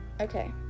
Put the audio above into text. Okay